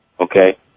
Okay